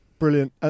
Brilliant